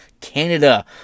Canada